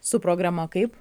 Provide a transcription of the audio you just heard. su programa kaip